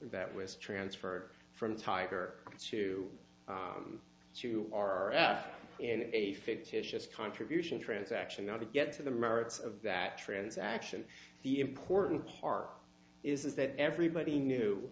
that was transferred from tiger woods to to our after in a fictitious contribution transaction not to get to the merits of that transaction the important part is that everybody knew